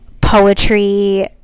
poetry